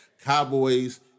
Cowboys